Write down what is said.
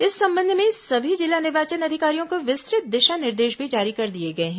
इस संबंध में सभी जिला निर्वाचन अधिकारियों को विस्तृत दिशा निर्देश भी जारी कर दिए गए हैं